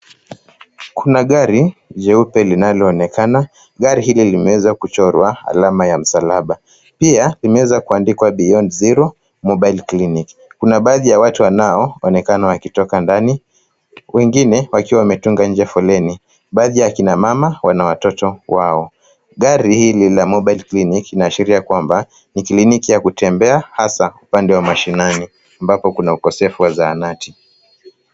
Kuna gari jeupe linaloonekana. Gari hili limeweza kuchorwa alama ya msalaba. Pia limeweza kuandikwa Beyond Zero Mobile Clinic . Kuna baadhi ya watu wanaoonekana wakitoka ndani, wengine wakiwa wametunga nje foleni. Baadhi ya kina mama wana watoto wao. Gari hili la mobile clinic linaashiria kwamba ni kliniki ya kutembea hasa upande wa mashinani ambapo kuna ukosefu wa zahanati.